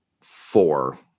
four